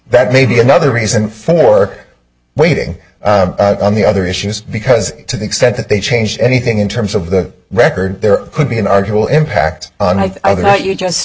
that may be another reason for waiting on the other issues because to the extent that they change anything in terms of the record there could be an arguable impact and i thought you just